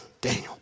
Daniel